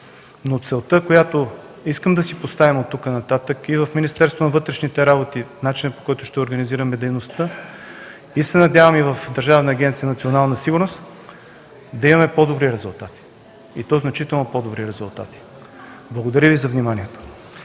но целта, която искам да си поставим оттук нататък и в Министерството на вътрешните работи, начинът, по който ще организираме дейността, и се надявам и в Държавна агенция „Национална сигурност”, е да имаме по-добри резултати, и то значително по-добри резултати. Благодаря Ви за вниманието.